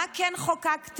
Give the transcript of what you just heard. מה כן חוקקתם?